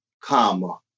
comma